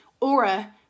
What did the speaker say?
aura